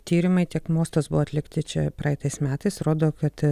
tyrimai tiek mostas buvo atlikti čia praeitais metais rodo kad